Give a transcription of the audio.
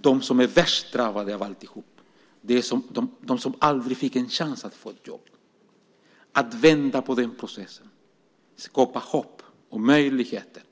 de som är värst drabbade av alltihop, de som aldrig fick en chans att få ett jobb. Det handlar om att vända på den processen, skapa hopp och möjligheter.